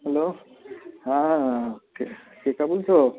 hello হ্যাঁ কে শ্বেতা বলছো